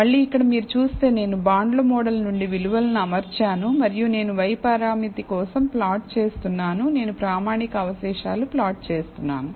మళ్ళీ ఇక్కడ మీరు చూస్తే నేను బాండ్ల మోడల్ నుండి విలువలను అమర్చాను మరియు నేను y పరామితి కోసం ప్లాట్ చేస్తున్నాను నేను ప్రామాణిక అవశేషాలు ప్లాట్ చేస్తున్నాను